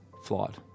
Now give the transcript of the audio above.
flawed